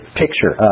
picture